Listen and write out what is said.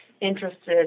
interested